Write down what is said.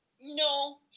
No